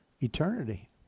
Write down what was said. Eternity